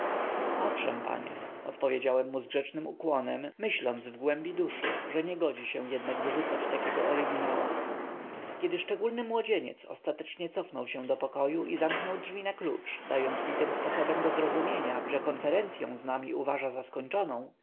owszem panie odpowiedziałem mu z grzecznym ukłonem myśląc w głębi duszy że nie godzi się jednak wyrzucać takiego oryginała kiedy szczególny młodzieniec ostatecznie cofnął się do pokoju i zamknął drzwi na klucz dając tym sposobem do zrozumienia że konferencyą z nami uważa za skończoną